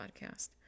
podcast